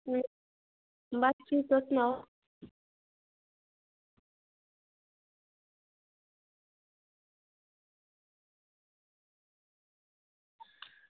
बस ठीक तुस सनाओ